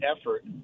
effort